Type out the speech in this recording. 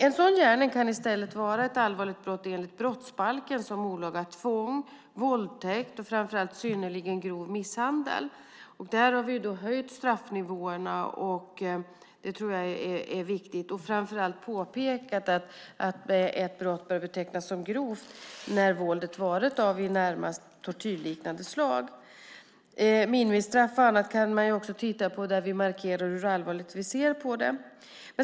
En sådan gärning kan i stället vara ett allvarligt brott enligt brottsbalken, som olaga tvång, våldtäkt och framför allt synnerligen grov misshandel. Där har vi höjt straffnivåerna, och det tror jag är viktigt, och framför allt påpekat att ett brott bör betecknas som grovt när våldet har varit av närmast tortyrliknande slag. Minimistraff och annat kan man också titta på, där vi markerar hur allvarligt vi ser på det.